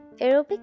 aerobic